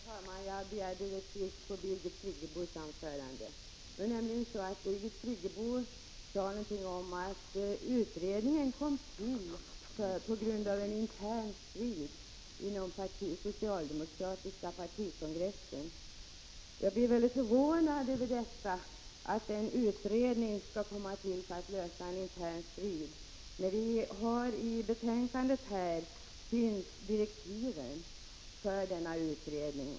Herr talman! Jag begärde replik på Birgit Friggebos anförande. Birgit Friggebo sade att utredningen kom till på grund av en intern strid vid den socialdemokratiska partikongressen. Jag blev mycket förvånad över detta — att en utredning skall komma till för att lösa en intern strid. I betänkandet står direktiven för denna utredning.